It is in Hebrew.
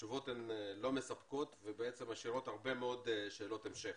התשובות לא מספקות ומשאירות הרבה מאוד שאלות המשך.